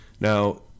now